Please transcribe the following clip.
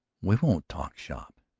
we won't talk shop,